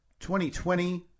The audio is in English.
2020